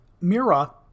Mira